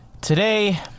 today